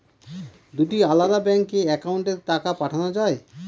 দুটি আলাদা ব্যাংকে অ্যাকাউন্টের টাকা পাঠানো য়ায়?